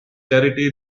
charity